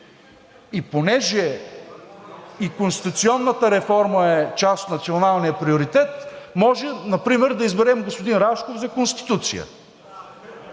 И понеже и конституционната реформа е част от националния приоритет, може, например, да изберем господин Рашков за конституция.